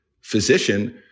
physician